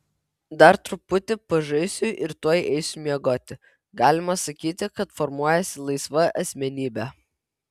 dar truputį pažaisiu ir tuoj eisiu miegoti galima sakyti kad formuojasi laisva asmenybė